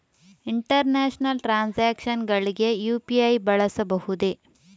International transactions ಗಳಿಗೆ UPI ಬಳಸಬಹುದೇ?